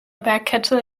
bergkette